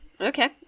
Okay